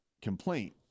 complaint